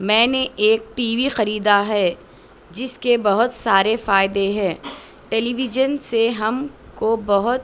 میں نے ایک ٹی وی خریدا ہے جس کے بہت سارے فائدے ہے ٹیلی ویژن سے ہم کو بہت